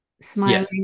smiling